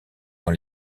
dans